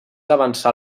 avançar